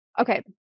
Okay